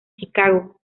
chicago